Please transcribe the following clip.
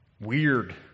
weird